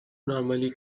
normally